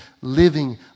living